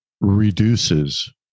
reduces